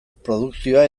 produkzioa